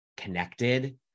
connected